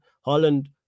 Holland